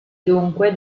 dunque